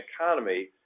economy